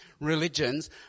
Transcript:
religions